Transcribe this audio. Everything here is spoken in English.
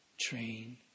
train